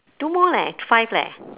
two more leh five leh